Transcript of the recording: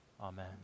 Amen